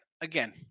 Again